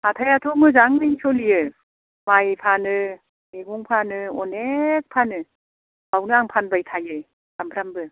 हाथायाथ' मोजाङैनो सलियो माइ फानो मैगं फानो अनेख फानो बावनो आं फानबाय थायो सानफ्रामबो